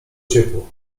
ciepło